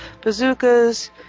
bazookas